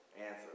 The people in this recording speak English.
answer